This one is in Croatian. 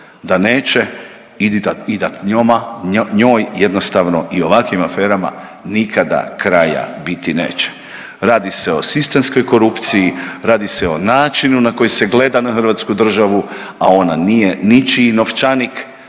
da neće i da njoj jednostavno i ovakvim aferama nikada kraja biti neće. Radi se o sistemskoj korupciji, radi se o načinu na koji se gleda na Hrvatsku državu a ona nije ničiji novčanik.